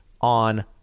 on